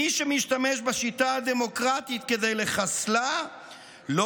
מי שמשתמש בשיטה הדמוקרטית כדי לחסלה לא